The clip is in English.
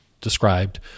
described